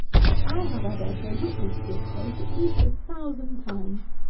i have, i dare say, witnessed this case at least a thousand times.